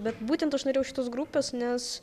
bet būtent aš norėjau šitos grupės nes